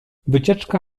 wycieczka